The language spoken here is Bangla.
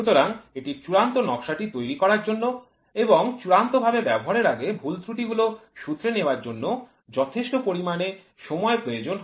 সুতরাং এটির চূড়ান্ত নকশাটি তৈরি করার জন্য এবং চূড়ান্তভাবে ব্যবহারের আগে ভুল ত্রুটি গুলো শুধরে নেয়ার জন্য যথেষ্ট পরিমানে সময় প্রয়োজন হয়